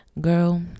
girl